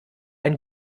ein